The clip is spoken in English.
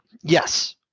Yes